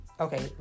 Okay